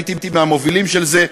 הייתי מהמובילים של זה,